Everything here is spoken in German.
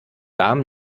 darm